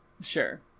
Sure